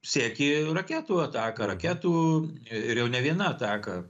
sekė raketų ataką raketų ir jau ne viena ataka